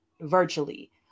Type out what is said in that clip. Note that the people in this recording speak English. virtually